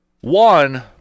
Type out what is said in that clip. One